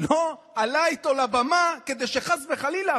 לא עלה איתו לבמה כדי שחס וחלילה,